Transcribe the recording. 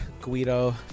Guido